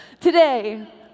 Today